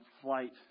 flight